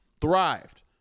thrived